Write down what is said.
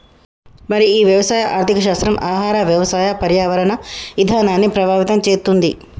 మరి ఈ వ్యవసాయ ఆర్థిక శాస్త్రం ఆహార వ్యవసాయ పర్యావరణ ఇధానాన్ని ప్రభావితం చేతుంది